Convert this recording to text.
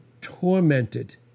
Tormented